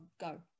go